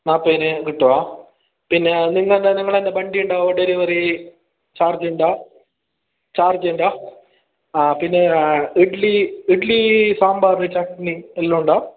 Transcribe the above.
നാൽപ്പതിന് കിട്ടുമോ പിന്നെ നിങ്ങളുടെ നിങ്ങളത് തന്നെ വണ്ടിയുണ്ടാവുമോ ഡെലിവറി ചാർജുണ്ടോ ചാർജുണ്ടോ ആ പിന്നെ ഇഡ്ലി ഇഡ്ലി സാമ്പാർ ചട്നി എല്ലാമുണ്ടോ